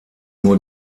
nur